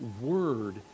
word